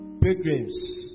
pilgrims